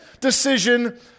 decision